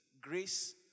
grace